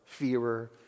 fearer